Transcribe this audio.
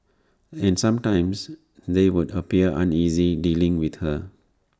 and sometimes they would appear uneasy dealing with her